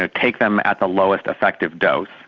ah take them at the lowest effective dose,